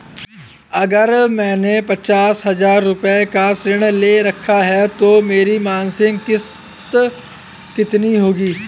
अगर मैंने पचास हज़ार रूपये का ऋण ले रखा है तो मेरी मासिक किश्त कितनी होगी?